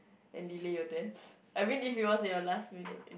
and delay your death I mean if it was your last meal